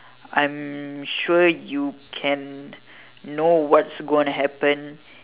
I'm sure you can know what is going to happen